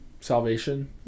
salvation